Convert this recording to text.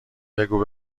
بگو